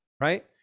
right